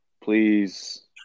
Please